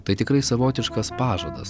tai tikrai savotiškas pažadas